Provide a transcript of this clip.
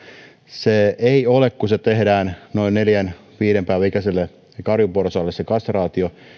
se kastraatio tehdään noin neljän viiva viiden päivän ikäiselle karjuporsaalle